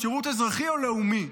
אז שירות אזרחי או לאומי.